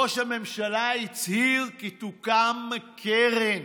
ראש הממשלה הצהירה כי תוקם קרן